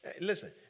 Listen